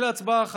רק להצבעה אחת?